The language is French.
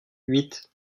huit